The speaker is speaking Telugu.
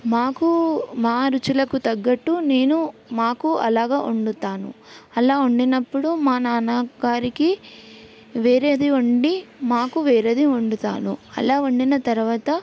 మాకు మా రుచులకు తగ్గట్టు నేను మాకు అలాగా వండుతాను అలా వండినప్పుడు మా నాన్న గారికి వేరేది వండి మాకు వేరేది వండుతాను అలా వండిన తర్వాత